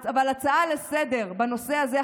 אבל הצעה לסדר-היום בנושא הזה,